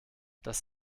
das